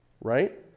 right